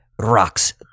rocks